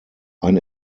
ein